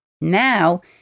Now